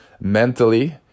mentally